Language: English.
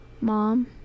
Mom